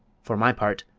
for my part,